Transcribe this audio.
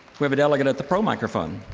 we have a deli got at the pro microphone.